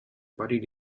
buried